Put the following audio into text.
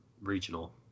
regional